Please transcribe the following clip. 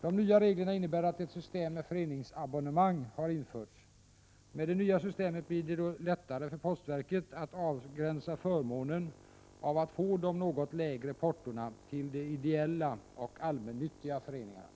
De nya reglerna innebär att ett system med föreningsabonnemang har införts. Med det nya systemet blir det lättare för postverket att avgränsa förmånen av att få de något lägre portona till de ideella och allmännyttiga föreningarna.